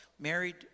Married